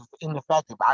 ineffective